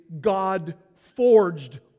God-forged